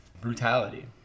brutality